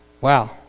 Wow